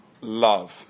love